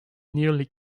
nearly